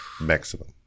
maximum